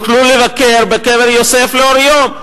יוכלו לבקר בקבר יוסף לאור יום,